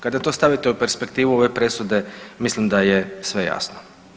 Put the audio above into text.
Kada to stavite u perspektivu ove presude mislim da je sve jasno.